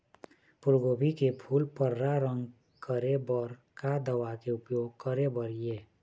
फूलगोभी के फूल पर्रा रंग करे बर का दवा के उपयोग करे बर ये?